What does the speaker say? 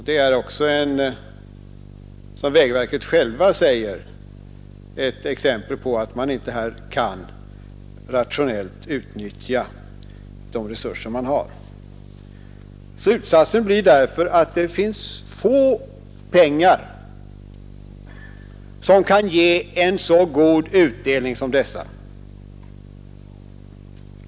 Det är, som också vägverket självt säger, ett exempel på att man inte kan rationellt utnyttja de resurser som finns. Slutsatsen blir därför att det finns få pengar som kan ge en så god utdelning som dessa.